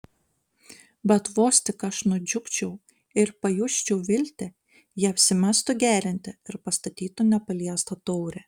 bet vos tik aš nudžiugčiau ir pajusčiau viltį ji apsimestų gerianti ir pastatytų nepaliestą taurę